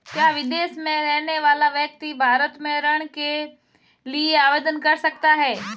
क्या विदेश में रहने वाला व्यक्ति भारत में ऋण के लिए आवेदन कर सकता है?